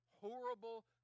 horrible